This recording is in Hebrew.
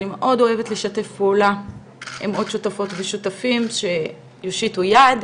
אני מאוד אוהבת לשתף פעולה עם עוד שותפות ושותפים שיושיטו יד,